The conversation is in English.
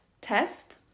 test